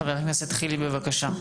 חבר הכנסת חילי, בבקשה.